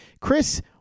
chris